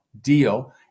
deal